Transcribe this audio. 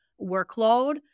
workload